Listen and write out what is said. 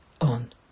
on